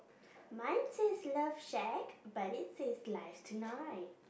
mine says love shag but it says life tonight